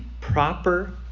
proper